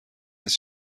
نیز